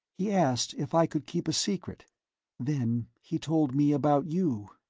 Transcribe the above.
he asked if i could keep a secret then he told me about you.